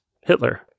Hitler